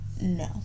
No